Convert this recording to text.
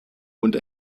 und